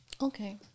Okay